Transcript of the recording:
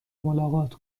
ملاقات